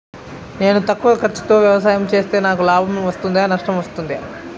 నేను తక్కువ ఖర్చుతో వ్యవసాయం చేస్తే నాకు లాభం వస్తుందా నష్టం వస్తుందా?